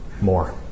more